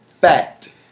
fact